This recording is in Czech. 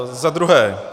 Za druhé.